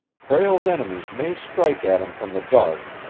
prale's enemies may strike at him from the dark,